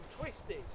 twisted